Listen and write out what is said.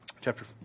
chapter